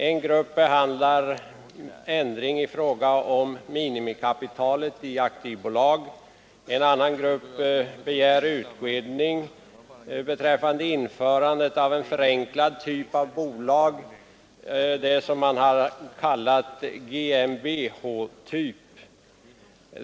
En grupp behandlar ändring i fråga om minimikapitalet i aktiebolag, en annan grupp begär utredning om införande av en förenklad typ av bolag som man kallat bolag av GmbH-typ.